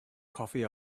coffee